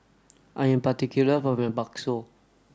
I am particular about my Bakso